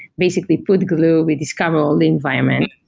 basically put gloo, we discover all the environment.